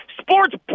sports